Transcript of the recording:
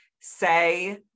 say